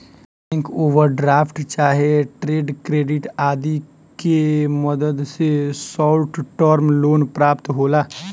bank overdraft चाहे trade credit आदि के मदद से शॉर्ट टर्म लोन प्राप्त होला